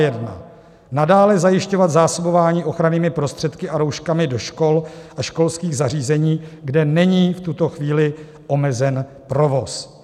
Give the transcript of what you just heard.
I. nadále zajišťovat zásobování ochrannými prostředky a rouškami do škol a školských zařízení, kde není v tuto chvíli omezen provoz;